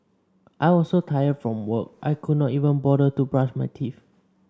I was so tired from work I could not even bother to brush my teeth